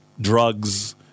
drugs